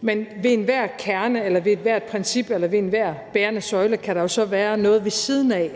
Men ved enhver kerne eller ved ethvert princip eller ved enhver bærende søjle kan der jo så være noget ved siden af,